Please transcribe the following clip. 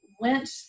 went